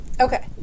Okay